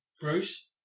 Bruce